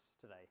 today